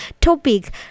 topic